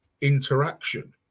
interaction